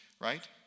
right